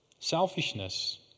Selfishness